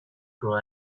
grow